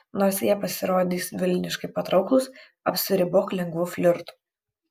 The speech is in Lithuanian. nors jie pasirodys velniškai patrauklūs apsiribok lengvu flirtu